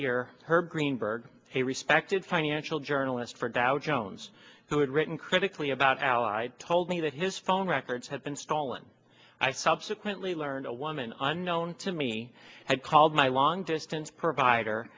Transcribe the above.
year her greenberg a respected financial journalist for dow jones who had written critically about allied told me that his phone records had been stolen i subsequently learned a woman unknown to me had called my long distance provider